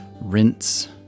Rinse